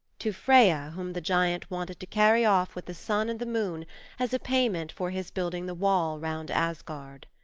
to freya whom the giant wanted to carry off with the sun and the moon as payment for his building the wall around asgard.